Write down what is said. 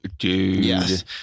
yes